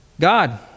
God